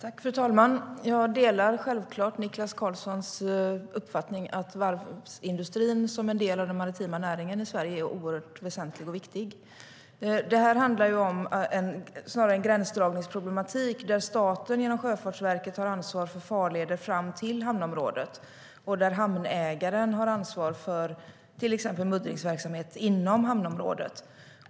Fru talman! Jag delar självklart Niklas Karlssons uppfattning att varvsindustrin som en del av den maritima näringen i Sverige är oerhört väsentlig och viktig. Detta handlar snarare om en gränsdragningsproblematik där staten genom Sjöfartsverket har ansvar för farleder fram till hamnområdet och där hamnägaren har ansvar för till exempel muddringsverksamhet inom hamnområdet.